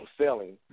selling